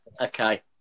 Okay